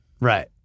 Right